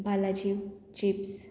Balaji chips